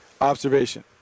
observation